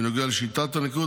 בנוגע לשיטת הניקוד,